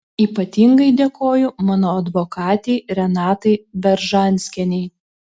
ypatingai dėkoju mano advokatei renatai beržanskienei